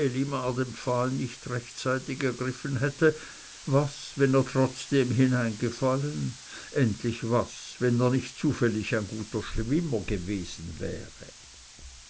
nicht rechtzeitig ergriffen hätte was wenn er trotzdem hineingefallen endlich was wenn er nicht zufällig ein guter schwimmer gewesen wäre